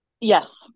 Yes